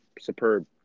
superb